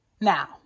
Now